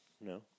No